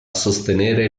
sostenere